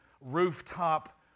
rooftop